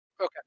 Okay